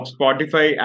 Spotify